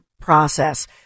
process